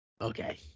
Okay